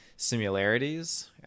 similarities